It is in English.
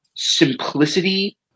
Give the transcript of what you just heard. simplicity